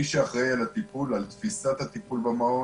מי שאחראי על הטיפול ועל תפיסת הטיפול במעון,